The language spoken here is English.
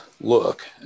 look